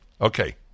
Okay